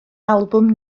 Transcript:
albwm